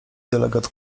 delegat